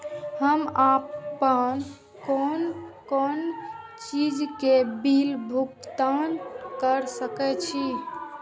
हम आपन कोन कोन चीज के बिल भुगतान कर सके छी?